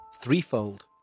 threefold